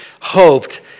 hoped